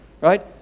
Right